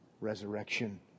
resurrection